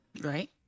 Right